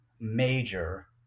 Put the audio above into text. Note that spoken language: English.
major